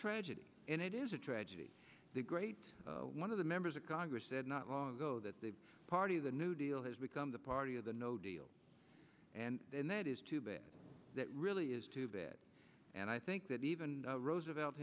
tragedy and it is a tragedy the great one of the members of congress said not long ago that the party of the new deal has become the party of the no deal and that is too bad that really is too bad and i think that even roosevelt